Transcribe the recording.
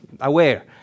aware